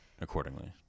accordingly